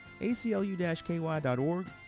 aclu-ky.org